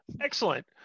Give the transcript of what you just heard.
Excellent